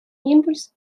импульс